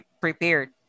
prepared